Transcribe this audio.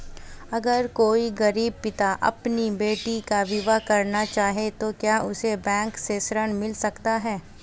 अगर कोई गरीब पिता अपनी बेटी का विवाह करना चाहे तो क्या उसे बैंक से ऋण मिल सकता है?